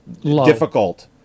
difficult